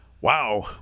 Wow